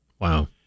Wow